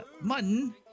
mutton